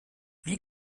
wie